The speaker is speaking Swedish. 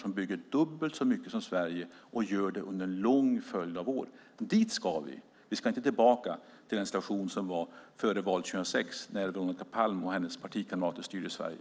De bygger dubbelt så mycket som vi gör i Sverige och det under en lång följd av år. Dit ska vi. Vi ska inte tillbaka till den situation vi hade före valet 2006 när Veronica Palm och hennes partikamrater styrde Sverige.